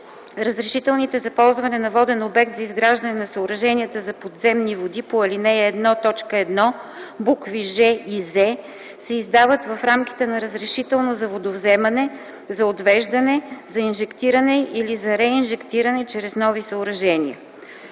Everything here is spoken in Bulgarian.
Разрешителните за ползване на воден обект за изграждане на съоръженията за подземни води по ал. 1, т. 1, букви „ж” и „з” се издават в рамките на разрешително за водовземане, за отвеждане, за инжектиране или за реинжектиране чрез нови съоръжения.